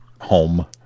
home